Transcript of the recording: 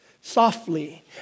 softly